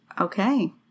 Okay